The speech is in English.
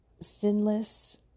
sinless